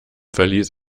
verlies